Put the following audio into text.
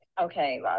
Okay